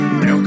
no